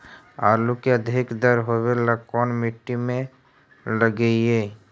आलू के अधिक दर होवे ला कोन मट्टी में लगीईऐ?